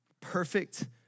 perfect